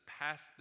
pass